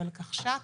לוולקחש"פ,